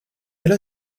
elle